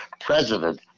president